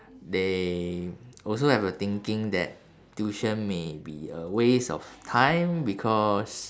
they also have a thinking that tuition may be a waste of time because